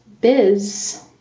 biz